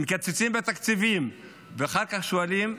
מקצצים בתקציבים, ואחר כך שואלים: